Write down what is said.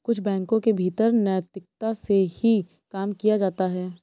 कुछ बैंकों के भीतर नैतिकता से ही काम किया जाता है